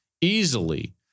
easily